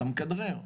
אתה מכדרר.